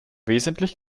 wesentlich